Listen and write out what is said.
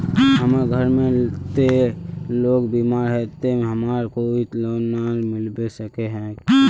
हमर घर में ते लोग बीमार है ते हमरा कोई लोन नय मिलबे सके है की?